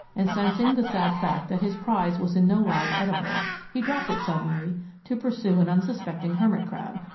and sensing the sad fact that his prize was in no wise edible, he dropped it suddenly to pursue an unsuspecting hermit-crab.